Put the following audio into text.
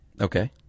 Okay